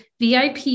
VIP